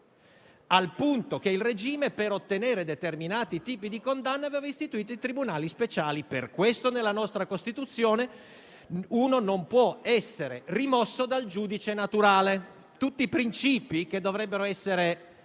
al punto che il regime, per ottenere determinati tipi di condanna, aveva istituito i tribunali speciali. Per questo nella nostra Costituzione il procedimento non può essere sottratto al giudice naturale: tutti principi che dovrebbero essere